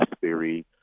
theory